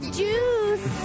juice